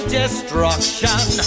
destruction